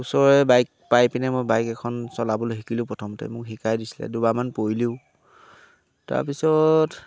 ওচৰৰে বাইক পাই পিনে মই বাইক এখন চলাবলৈ শিকিলোঁ প্ৰথমতে মোক শিকাই দিছিলে দুবাৰমান পৰিলোঁও তাৰপিছত